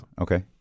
Okay